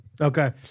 Okay